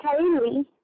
Kaylee